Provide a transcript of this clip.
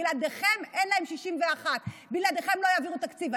בלעדיכם אין להם 61. בלעדיכם לא יעבירו תקציב.